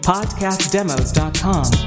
PodcastDemos.com